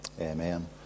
amen